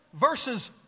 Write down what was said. verses